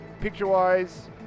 picture-wise